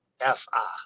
F-I